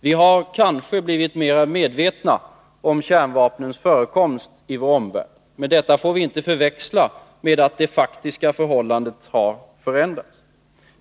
Vi har kanske blivit mera medvetna om kärnvapnens förekomst i vår omvärld, men detta får vi inte förväxla med att det faktiska förhållandet har förändrats.